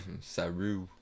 Saru